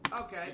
Okay